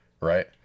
right